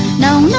no